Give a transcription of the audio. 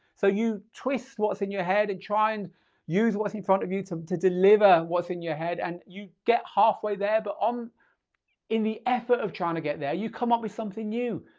so you twist what's in your head and try and use what's in front of you to to deliver what's in your head and you get halfway there, but um in the effort of trying to get there you come up with something new.